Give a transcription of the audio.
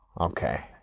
Okay